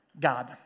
God